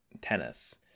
tennis